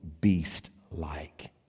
beast-like